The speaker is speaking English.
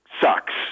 sucks